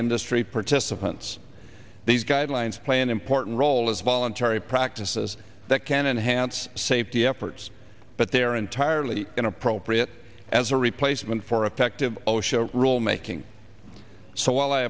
industry participants these guidelines play an important role as voluntary practices that can enhance safety efforts but they are entirely inappropriate as a replacement for effective osha rulemaking so while i